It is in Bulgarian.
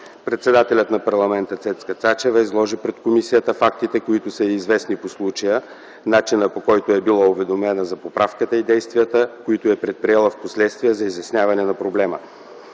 Председателят на парламента Цецка Цачева изложи пред комисията фактите, които са й известни по случая – начинът, по който е била уведомена за поправката и действията, които е предприела впоследствие за изясняване на проблема.